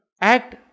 act